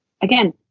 again